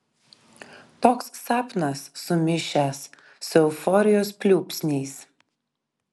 toks sapnas sumišęs su euforijos pliūpsniais